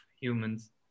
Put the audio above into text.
humans